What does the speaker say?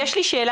יש לי שאלה.